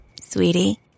Sweetie